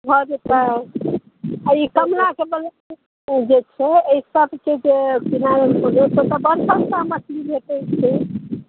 भऽ जएतै एहि सबके जेना बड़ सस्ता मछली भेटै छै